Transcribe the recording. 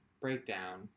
breakdown